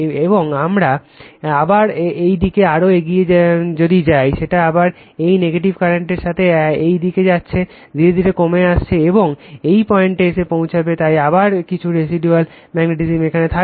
এবং আবার এইদিকে আরও এগিয়ে যাচ্ছে যেটা আবার এই নেগেটিভ কারেন্টের সাথে এই দিকে যাচ্ছে ধীরে ধীরে কমে আসছে এবং এই পয়েন্টে এসে পৌঁছাচ্ছে তাই আবার কিছু রেসিডুয়াল ম্যাগনেটিসম এখানে থাকবে